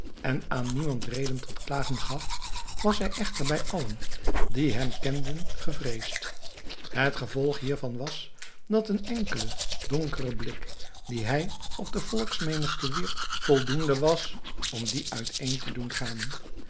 en aan niemand reden tot klagen gaf was hij echter bij allen die hem kenden gevreesd het gevolg hiervan was dat een enkele donkere blik dien hij op de volksmenigte wierp voldoende was om die uit een te doen gaan